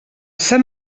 sant